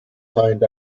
find